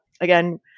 again